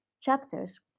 chapters